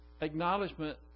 acknowledgement